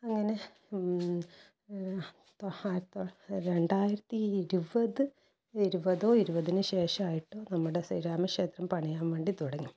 അങ്ങനെ ആയിരത്തി രണ്ടായിരത്തി ഇരുപത് ഇരുപതോ ഇരുപതിന് ശേഷമോ ആയിട്ട് നമ്മുടെ ശ്രീരാമ ക്ഷേത്രം പണിയാൻ വേണ്ടി തുടങ്ങി